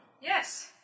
Yes